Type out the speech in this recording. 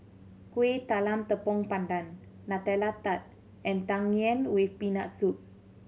Kueh Talam Tepong Pandan Nutella Tart and Tang Yuen with Peanut Soup